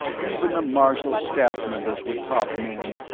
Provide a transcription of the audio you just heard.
even the marshal's staff members were top men,